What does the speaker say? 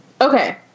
Okay